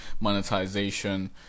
monetization